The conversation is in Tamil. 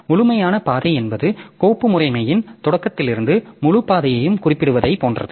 முழுமையான பாதை என்பது கோப்பு முறைமையின் தொடக்கத்திலிருந்து முழு பாதையையும் குறிப்பிடுவதைப் போன்றது